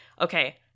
Okay